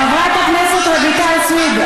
חברת הכנסת רויטל סויד,